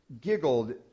giggled